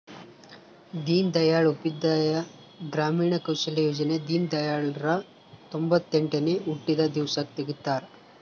ದೀನ್ ದಯಾಳ್ ಉಪಾಧ್ಯಾಯ ಗ್ರಾಮೀಣ ಕೌಶಲ್ಯ ಯೋಜನೆ ದೀನ್ದಯಾಳ್ ರ ತೊಂಬೊತ್ತೆಂಟನೇ ಹುಟ್ಟಿದ ದಿವ್ಸಕ್ ತೆಗ್ದರ